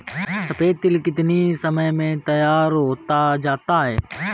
सफेद तिल कितनी समय में तैयार होता जाता है?